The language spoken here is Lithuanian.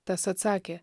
tas atsakė